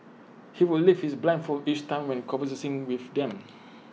he would lift his blindfold each time when conversing with them